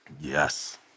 Yes